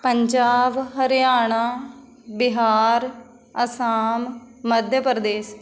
Punjab Haryana Bihar Assam Madhya Pradesh